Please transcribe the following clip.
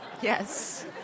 yes